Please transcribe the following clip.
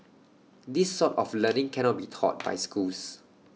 this sort of learning cannot be taught by schools